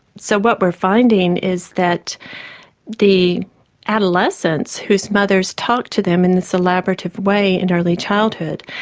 so what we're finding is that the adolescents whose mothers talk to them in this elaborative way in early childhood,